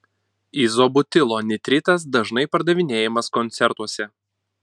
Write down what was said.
izobutilo nitritas dažnai pardavinėjamas koncertuose